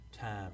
time